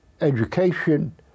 Education